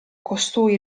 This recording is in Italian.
costui